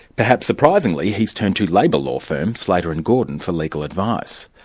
perhaps surprisingly he's turned to labor law firm, slater and gordon, for legal advice.